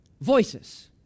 voices